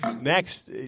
Next